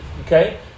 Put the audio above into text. okay